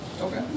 Okay